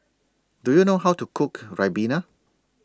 Do YOU know How to Cook Ribena